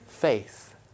Faith